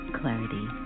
clarity